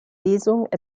lesung